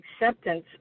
acceptance